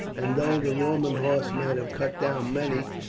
and though the roman horse might have cut down many,